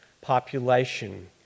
population